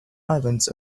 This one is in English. islands